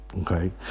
Okay